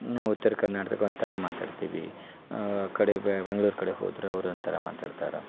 ನಾವು ಉತ್ತರ ಕರ್ನಾಟಕ್ದಾಗ ಒಂಥರ ಮಾತಾಡ್ತೀವಿ ಕಡೆಗೆ ಬೆಂಗ್ಳೂರು ಕಡೆ ಹೋದರೆ ಅವ್ರು ಒಂಥರ ಮಾತಾಡ್ತಾರೆ